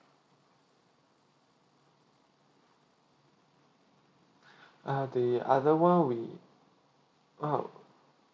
ah they otherwhile we